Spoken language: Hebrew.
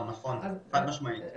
נכון, חד משמעית.